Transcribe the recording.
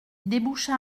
déboucha